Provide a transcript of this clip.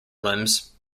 limbs